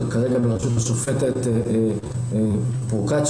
כרגע בראשות השופטת פרוקצ'יה.